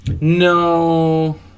No